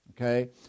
okay